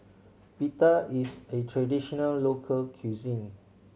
pita is a traditional local cuisine